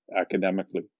academically